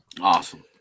Awesome